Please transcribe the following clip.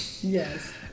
Yes